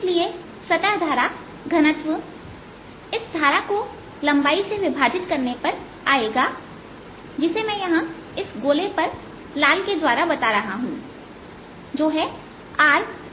इसलिए सतह धारा घनत्व इस धारा को लंबाई से विभाजित करने पर आएगा जिसे मैं यहां इस गोले पर लाल के द्वारा बता रहा हूं जो Rdθहै